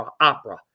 opera